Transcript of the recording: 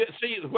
see